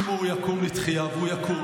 אם הוא יקום לתחייה, והוא יקום,